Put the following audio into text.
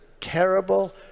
terrible